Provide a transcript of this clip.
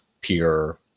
pure